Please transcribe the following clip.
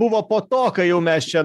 buvo po to kai jau mes čia